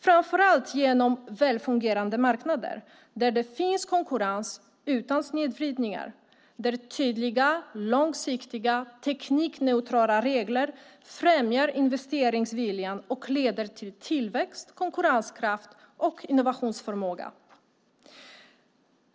Framför allt genom välfungerande marknader där det finns konkurrens utan snedvridningar, där tydliga, långsiktiga och teknikneutrala regler främjar investeringsviljan och leder till tillväxt, konkurrenskraft och innovationsförmåga.